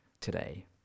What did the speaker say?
today